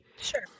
sure